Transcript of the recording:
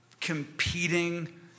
competing